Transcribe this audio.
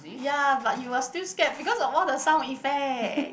ya but you must feel scared because of all the sound effect